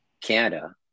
Canada